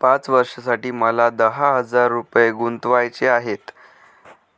पाच वर्षांसाठी मला दहा हजार रुपये गुंतवायचे आहेत,